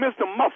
Mr